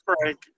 Frank